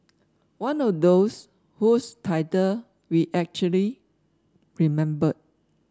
one of those whose title we actually remembered